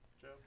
Joe